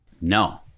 no